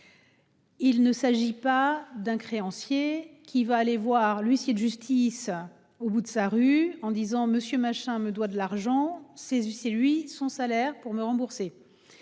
Il ne s'agit pas d'un créancier qui va aller voir l'huissier de justice. Au bout de sa rue en disant monsieur machin me doit de l'argent ces c'est lui son salaire pour me rembourser.